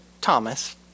Thomas